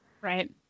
Right